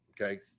Okay